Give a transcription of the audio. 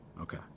Okay